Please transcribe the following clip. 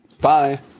Bye